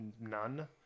none